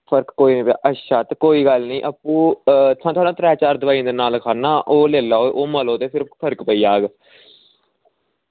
फर्क पेई जाह्ग अच्छा कोई गल्ल निं ते अं'ऊ तुसेंगी कोई त्रै चार दोआई दे नाम लिखाना ओह् लेई लैओ ते ओह् मलो ते फ्ही ओह्दे कन्नै फर्क पेई जाह्ग